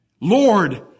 Lord